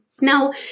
Now